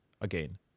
again